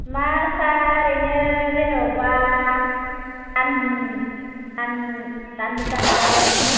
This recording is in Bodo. मासआ ओरैनो जेनेबा दान दानब्रै दानबासो जाबाय